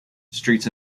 streets